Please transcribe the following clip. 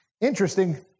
Interesting